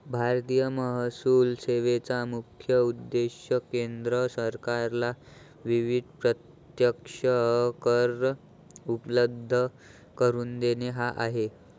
भारतीय महसूल सेवेचा मुख्य उद्देश केंद्र सरकारला विविध प्रत्यक्ष कर उपलब्ध करून देणे हा आहे